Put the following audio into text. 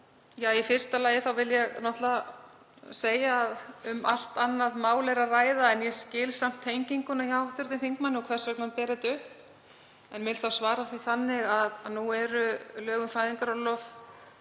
Í fyrsta lagi vil ég náttúrlega segja að um allt annað mál er að ræða. Ég skil samt tenginguna hjá hv. þingmanni og hvers vegna hann ber þetta upp. Ég vil þá svara því þannig að nú eru lög um fæðingarorlof